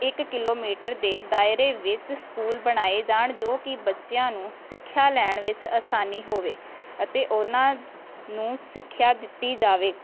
ਇੱਕ ਕਿਲੋਮੀਟਰ ਦੇ ਦਾਇਰੇ ਵਿੱਚ ਸਕੂਲ ਬਣਾਏ ਜਾਣ ਜੋ ਕਿ ਬੱਚਿਆਂ ਨੂੰ ਸਿੱਖਿਆ ਲੈਣ ਵਿੱਚ ਆਸਾਨੀ ਹੋਵੇ ਅਤੇ ਓਹਨਾਂ ਨੂੰ ਸਿੱਖਿਆ ਦਿੱਤੀ ਜਾਵੇ